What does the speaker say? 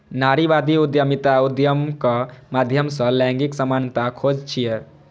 नारीवादी उद्यमिता उद्यमक माध्यम सं लैंगिक समानताक खोज छियै